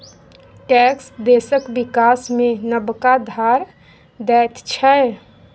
tax देशक बिकास मे नबका धार दैत छै